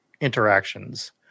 interactions